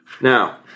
Now